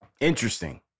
Interesting